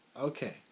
Okay